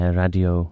radio